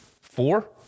four